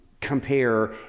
compare